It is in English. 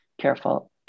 careful